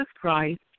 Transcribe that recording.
Christ